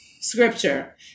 scripture